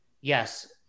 yes